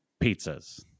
pizzas